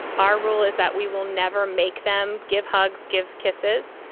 our rule is that we will never make them give hugs, give kisses.